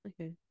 Okay